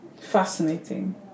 fascinating